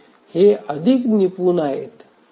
हे अधिक निपुण आहेत